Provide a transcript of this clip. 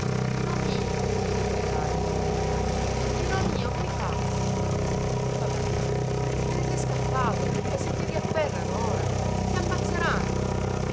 nino mio gli gridai santanima nino mio che hai fatto non poteva parlare te ne sei scappato e se ti riafferrano ora ti ammazzeranno